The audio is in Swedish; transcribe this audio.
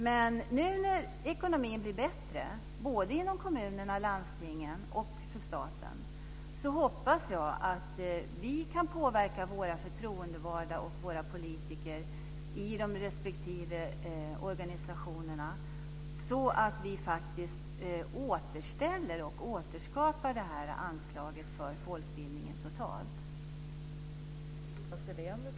Men nu när ekonomin blir bättre, såväl för kommunerna och landstingen som för staten, hoppas jag att vi kan påverka våra förtroendevalda och våra politiker i de respektive organisationerna så att vi faktiskt återställer anslaget för folkbildningen totalt.